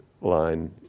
line